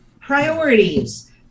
Priorities